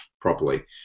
properly